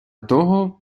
того